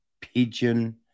Pigeon